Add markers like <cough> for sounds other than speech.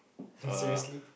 <laughs> seriously